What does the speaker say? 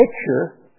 picture